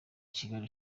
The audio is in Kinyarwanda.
kigali